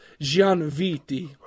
Gianviti